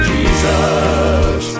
Jesus